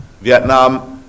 Vietnam